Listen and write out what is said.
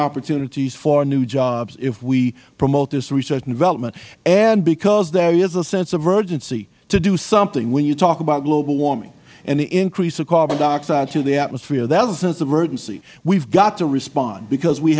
opportunities for new jobs if we promote this research and development and because there is a sense of urgency to do something when you talk about global warming and the increase of carbon dioxide to the atmosphere there is a sense of urgency we have got to respond because we